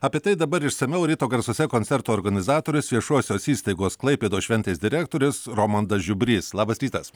apie tai dabar išsamiau ryto garsuose koncerto organizatorius viešosios įstaigos klaipėdos šventės direktorius romandas žiubrys labas rytas